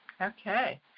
Okay